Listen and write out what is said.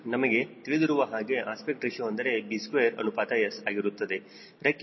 ನಮಗೆ ತಿಳಿದಿರುವ ಹಾಗೆ ಅಸ್ಪೆಕ್ಟ್ ರೇಶಿಯೋ ಅಂದರೆ b ಸ್ಕ್ವೇರ್ ಅನುಪಾತ S ಆಗಿರುತ್ತದೆ ರೆಕ್ಕೆಯು 2